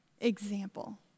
example